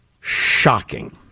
shocking